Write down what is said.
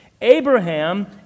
Abraham